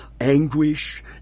anguish